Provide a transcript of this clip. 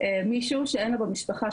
מישהו שאין לו במשפחה,